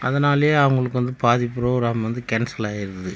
அதனாலேயே அவர்களுக்கு வந்து பாதி ப்ரோக்ராம் வந்து கேன்சல் ஆகிடுது